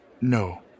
No